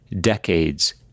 decades